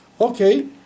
Okay